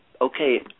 okay